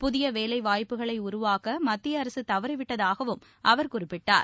புதிய வேலைவாய்ப்புக்களை உருவாக்க மத்திய அரசு தவறிவிட்டதாகவும் அவர் குறிப்பிட்டார்